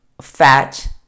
fat